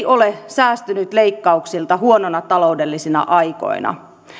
ole säästyneet leikkauksilta huonoina taloudellisina aikoina